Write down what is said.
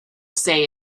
say